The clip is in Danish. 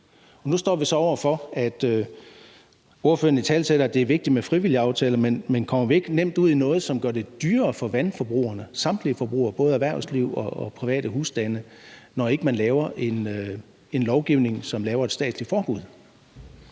dyrt for forbrugerne. Ordføreren italesætter, at det er vigtigt med frivillige aftaler, men kommer vi ikke nemt ud i noget, som gør det dyrere for vandforbrugerne, altså for samtlige forbrugere, både erhvervsliv og private husstande, når man ikke laver en lovgivning, som indebærer et statsligt forbud?